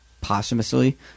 posthumously